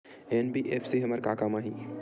NBFC हमर का काम आही?